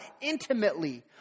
intimately